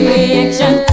reaction